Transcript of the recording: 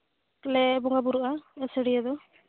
ᱞᱮ ᱵᱚᱸᱜᱟ ᱵᱩᱨᱩᱜᱼᱟ ᱟᱹᱥᱟᱹᱲᱤᱭᱟᱹ ᱫᱚ